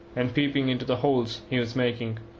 and peeping into the holes he was making?